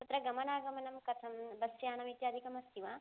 तत्र गमनागमनं कथं बस्यानम् इत्यादिकम् अस्ति वा